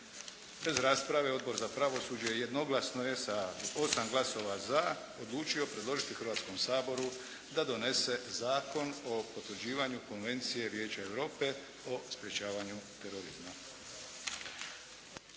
Bez rasprave Odbor za pravosuđe jednoglasno je sa 8 glasova za odlučio predložiti Hrvatskog saboru da donese Zakon o potvrđivanju Konvencije Vijeća Europe o sprječavanju terorizma.